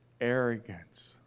arrogance